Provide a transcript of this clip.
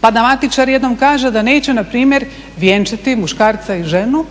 pa da matičar jednom kaže da neće npr. vjenčati muškarca i ženu